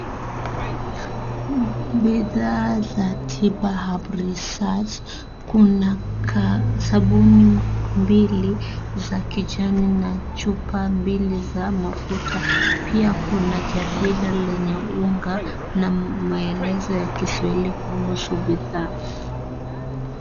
Bidhaa za tiba HERB RESEARCH kuna sabuni mbili za kijani na chupa mbili za mafuta, pia kuna jarida lenye unga na maelekezo ya kiswahili kuhusu bidhaa.